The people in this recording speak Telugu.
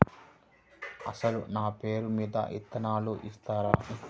అసలు నా పేరు మీద విత్తనాలు ఇస్తారా?